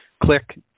click